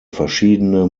verschiedene